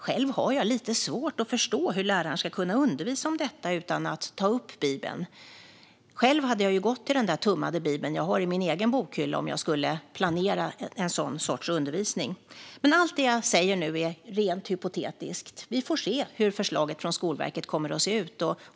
Själv har jag lite svårt att förstå hur läraren ska kunna undervisa om detta utan att ta upp Bibeln. Själv skulle jag ha gått till den där tummade Bibeln som jag har i min egen bokhylla om jag skulle planera en sådan sorts undervisning. Allt det jag säger nu är dock rent hypotetiskt. Vi får se hur förslaget från Skolverket kommer att se ut.